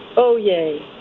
oh, yay.